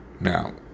Now